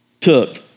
took